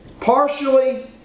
partially